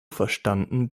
verstanden